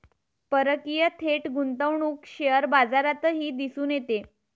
परकीय थेट गुंतवणूक शेअर बाजारातही दिसून येते